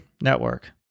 network